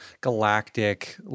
galactic